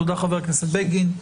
תודה חבר הכנסת בגין,